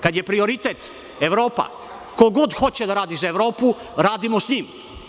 Kad je prioritet Evropa, ko god hoće da radi za Evropu, radimo sa njim.